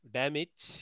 damage